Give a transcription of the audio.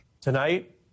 Tonight